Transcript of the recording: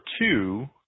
two